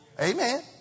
amen